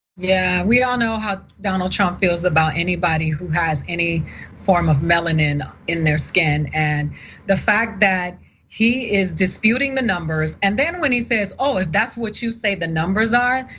yeah, we all know how donald trump feels about anybody who has any form of melanin in their skin. and the fact that he is disputing the numbers. and then when he says, if that's what you say the numbers are,